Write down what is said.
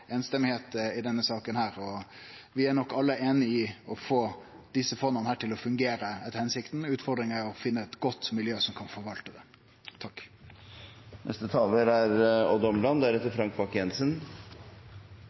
i denne saka. Vi er nok alle einige om å få desse fonda til å fungere etter hensikta. Utfordringa er å finne eit godt miljø som kan forvalte det. Som en av forslagsstillerne vil jeg gi uttrykk for at jeg er